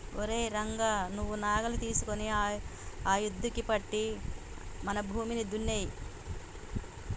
ఓరై రంగ నువ్వు నాగలి తీసుకొని ఆ యద్దుకి కట్టి మన భూమిని దున్నేయి